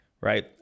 right